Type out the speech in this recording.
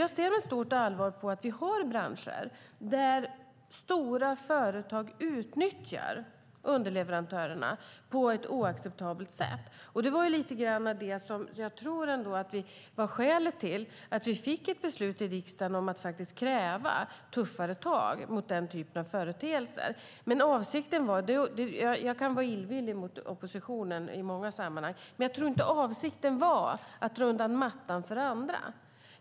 Jag ser med stort allvar på att vi har branscher där stora företag utnyttjar underleverantörerna på ett oacceptabelt sätt. Det tror jag lite grann var skälet till att vi fick ett beslut i riksdagen om att kräva tuffare tag mot den typen av företeelser. Jag kan vara illvillig mot oppositionen i många sammanhang, men jag tror inte att avsikten var att dra undan mattan för andra.